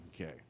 Okay